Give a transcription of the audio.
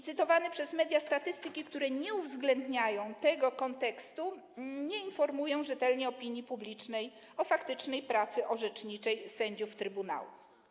Cytowane przez media statystyki, które nie uwzględniają tego kontekstu, nie informują rzetelnie opinii publicznej o faktycznej pracy orzeczniczej sędziów trybunału.